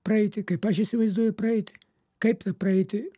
praeitį kaip aš įsivaizduoju praeitį kaip tą praeitį